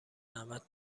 احمد